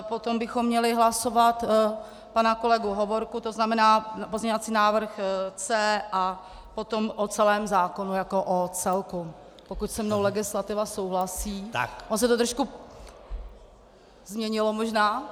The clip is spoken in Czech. Potom bychom měli hlasovat pana kolegu Hovorku, to znamená pozměňovací návrh C, a potom o celém zákonu jako o celku pokud se mnou legislativa souhlasí, ono se to trošku změnilo možná.